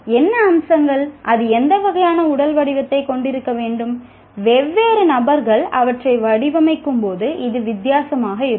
என்ன அம்சங்கள் அது எந்த வகையான உடல் வடிவத்தைக் கொண்டிருக்க வேண்டும் வெவ்வேறு நபர்கள் அவற்றை வடிவமைக்கும்போது இது வித்தியாசமாக இருக்கும்